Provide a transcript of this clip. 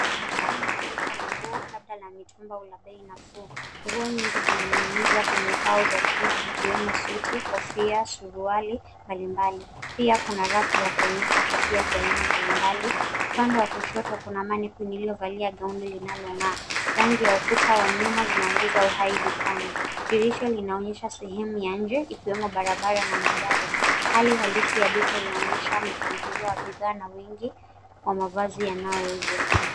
Ndani ya duka la nguo labda la mitumba au la bei nafuu. Nguo nyingi zimening'inizwa kwenye mbao za chuma zikiwemo: suti, kofia, suruali mbali mbali. Pia kuna rafu ya kuonyesha kofia za aina mbali mbali. Upande wa kushoto kuna mannequin iliyovalia gauni linalong'aa. Rangi ya ukuta wa nyuma zinaongeza uhai dukani. Dirisha linaonyesha sehemu ya nje, ikiwemo barabara na magari. Hali halisi ya duka inaonyesha mpangilio wa bidhaa na wingi wa mavazi yanayouzwa.